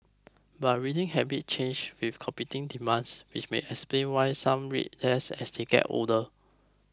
but reading habits change with competing demands which may explain why some read less as they get older